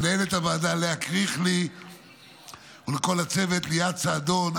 למנהלת הוועדה לאה קריכלי ולכל הצוות: ליאת סעדון,